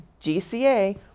GCA